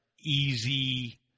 easy